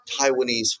Taiwanese